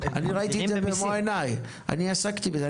אני ראיתי במו עיניי, אני עסקתי בזה.